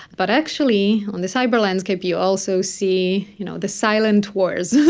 but actually on the cyber landscape you also see, you know, the silent wars.